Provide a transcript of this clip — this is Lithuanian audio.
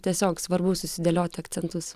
tiesiog svarbu susidėlioti akcentus